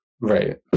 Right